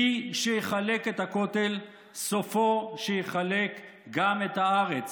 מי שיחלק את הכותל סופו שיחלק גם את הארץ.